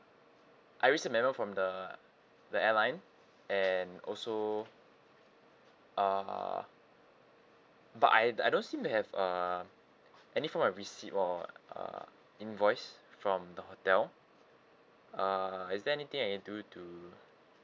I received a memo from the the airline and also uh but I I don't seem to have uh any form of receipt or uh invoice from the hotel uh is there anything I can do to